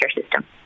system